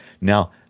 Now